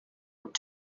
would